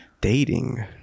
dating